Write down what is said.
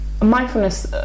mindfulness